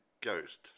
ghost